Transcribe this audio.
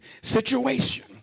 situation